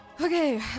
Okay